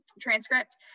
transcript